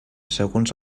segons